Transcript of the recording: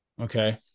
Okay